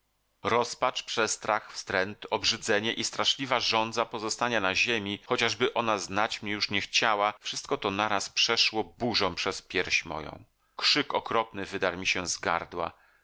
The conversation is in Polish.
rozpacz przestrach wstręt obrzydzenie i straszliwa żądza pozostania na ziemi chociażby ona znać mnie już nie chciała wszystko to naraz przeszło burzą przez pierś moją krzyk okropny wydarł mi się